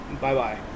Bye-bye